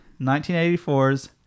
1984's